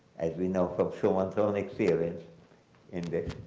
as we know from so and so an experience in this.